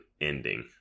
ending